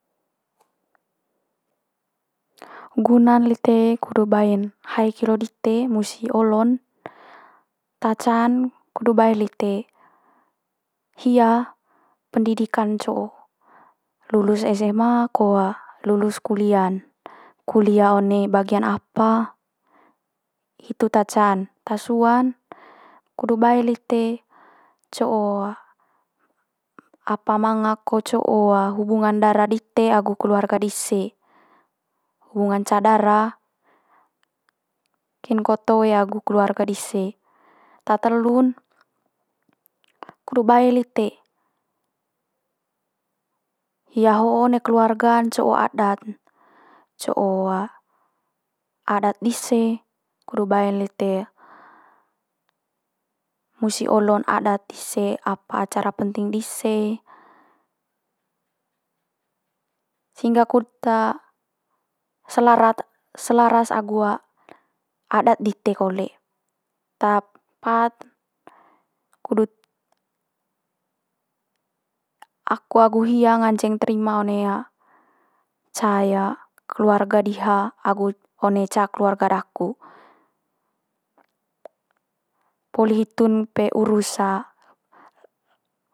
guna'n lite kudu bae'n hae kilo dite musi olo'n ta ca'n kudu bae lite hia pendidikan co'o. Lulus SMA ko lulus kulia'n, kulia one bagian apa hitu ta ca'n. Ta sua'n kudu bae lite co'o apa manga ko co'o hubungan dara dite agu keluarga dise, hubungan ca dara kin ko toe agu keluarga dise. Ta telu'n kudu bae lite hia ho'o one keluarga'n co'o adat'n, co'o adat dise kudu bae lite musi olo'n adat dise apa acara penting dise. Sehingga kut selarat selaras agu adat dite kole. Ta pat kudut aku agu hia nganceng terima one ca keluarga diha agut one ca keluarga daku. Poli hitu'n pe urus.